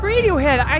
Radiohead